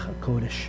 HaKodesh